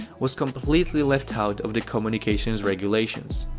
was completely left out of the communications regulations.